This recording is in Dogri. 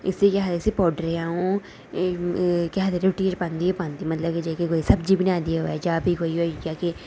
इसी केह् आखदे पौड़र अ'ऊं केह् आखदे रुट्टियै च पांदी गै पांदी सब्जी बनाई दी होऐ जां फ्ही कोई होई गेआ कि